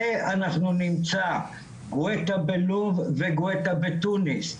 אנחנו נמצא גואטה בלוב וגואטה בתוניס,